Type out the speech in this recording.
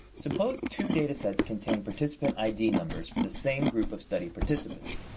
suppose two data sets contain participant id numbers for the same group of study participants.